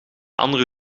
andere